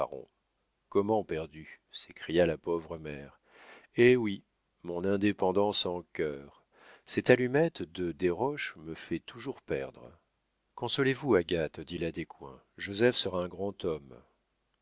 comment perdu s'écria la pauvre mère eh oui mon indépendance en cœur cette allumette de desroches me fait toujours perdre consolez-vous agathe dit la descoings joseph sera un grand homme